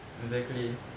exactly